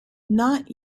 not